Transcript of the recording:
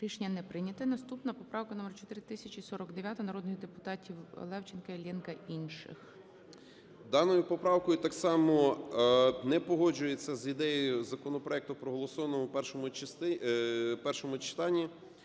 Рішення не прийнято. Наступна поправка - номер 4049, народних депутатів Левченка, Іллєнка і інших.